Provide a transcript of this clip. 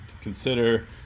consider